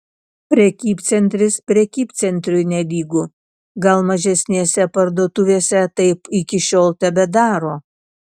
prekybcentris prekybcentriui nelygu gal mažesnėse parduotuvėse taip iki šiol tebedaro